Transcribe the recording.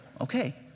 Okay